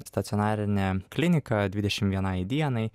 stacionarinę kliniką dvidešimt vienai dienai